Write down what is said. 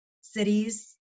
cities